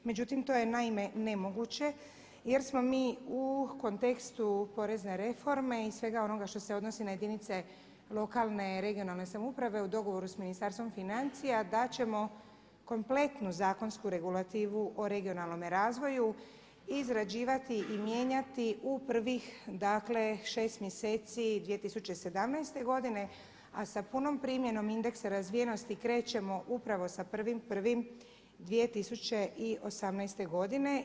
Međutim, to je naime nemoguće jer smo mi u kontekstu porezne reforme i svega onoga što se odnosi na jedinice lokalne, regionalne samouprave u dogovoru sa Ministarstvom financija, da ćemo kompletnu zakonsku regulativu o regionalnome razvoju izrađivati i mijenjati u prvih, dakle šest mjeseci 2017. godine, a sa punom primjenom indeksa razvijenosti krećemo upravo sa 1.1.2018. godine.